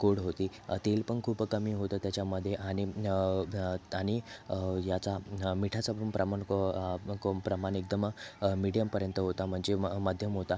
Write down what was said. गोड होती तेल पण खूप कमी होतं त्याच्यामध्ये आणि आणि याचा मिठाचा पण प्रमाण कं प्रमाण एकदम मिडीयमपर्यंत होता म्हणजे मग मध्यम होता